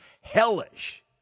hellish